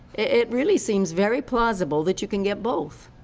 it really seems very plausible that you can get both.